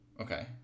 okay